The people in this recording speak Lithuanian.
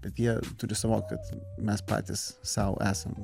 bet jie turi suvokt kad mes patys sau esam